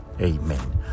Amen